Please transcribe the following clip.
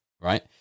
Right